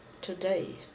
today